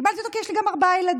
קיבלתי אותו כי יש לי ארבעה ילדים,